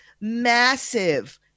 massive